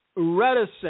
reticent